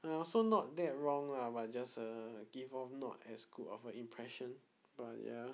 and also not that wrong lah but just err give off not as good of an impression but ya